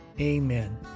Amen